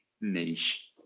niche